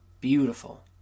Beautiful